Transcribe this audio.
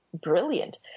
brilliant